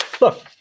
look